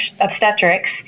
obstetrics